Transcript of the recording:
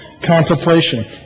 contemplation